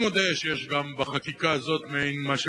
אני מודה שיש גם בחקיקה הזאת מעין,